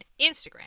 Instagram